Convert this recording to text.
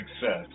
success